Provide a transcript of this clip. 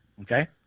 Okay